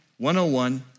101